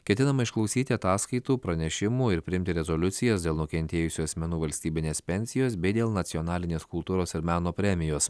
ketinama išklausyti ataskaitų pranešimų ir priimti rezoliucijas dėl nukentėjusių asmenų valstybinės pensijos bei dėl nacionalinės kultūros ir meno premijos